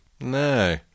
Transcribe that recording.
No